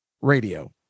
radio